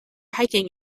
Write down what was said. hiking